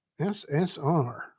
SSR